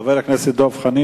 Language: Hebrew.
חבר הכנסת דב חנין?